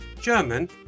German